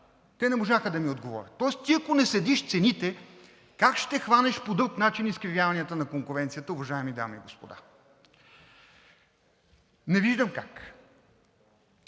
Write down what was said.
Те не можаха да ми отговорят. Тоест ти, ако не следиш цените, как ще хванеш по друг начин изкривяванията на конкуренцията, уважаеми дами и господа? Не виждам как.